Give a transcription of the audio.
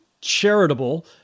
charitable